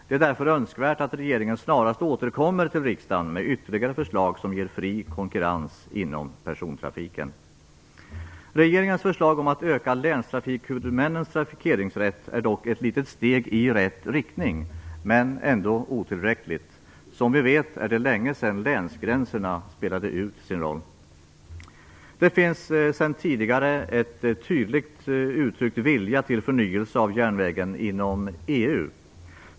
Det är därför önskvärt att regeringen snarast återkommer till riksdagen med ytterligare förslag som ger fri konkurrens inom persontrafiken. Regeringens förslag om att öka länstrafikhuvudmännens trafikeringsrätt är dock ett litet steg i rätt riktning, men det är ändå otillräckligt. Som vi vet är det länge sedan länsgränserna spelade ut sin roll. Det finns sedan tidigare en tydligt uttryckt vilja till förnyelse av järnvägen inom EU.